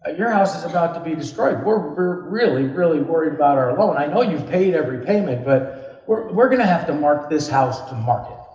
ah your house is about to be destroyed. we're really, really worried about our loan. i know you've paid every payment, but we're we're going to have to mark this house to market.